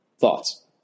thoughts